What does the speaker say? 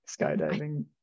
Skydiving